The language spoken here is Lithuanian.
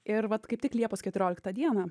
ir vat kaip tik liepos keturioliktą dieną